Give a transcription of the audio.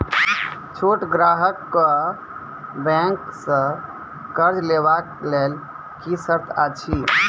छोट ग्राहक कअ बैंक सऽ कर्ज लेवाक लेल की सर्त अछि?